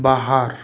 बाहर